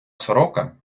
сорока